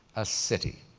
a city.